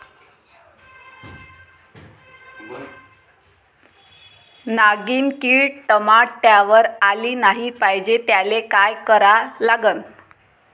नागिन किड टमाट्यावर आली नाही पाहिजे त्याले काय करा लागन?